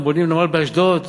הם בונים נמל באשדוד,